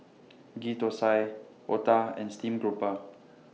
Ghee Thosai Otah and Steamed Grouper